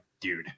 dude